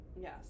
Yes